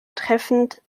treffend